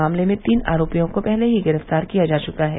मामले में तीन आरोपियों को पहले ही गिरफ्तार किया जा चुका है